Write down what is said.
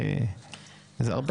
וזה הרבה.